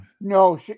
No